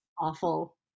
awful